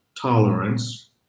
tolerance